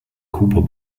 cooper